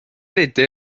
eriti